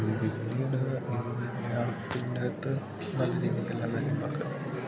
പിന്നീട് ഇതിൻ്റെ അകത്ത് നല്ല രീതിയില് എല്ലാ കാര്യങ്ങളൊക്കെ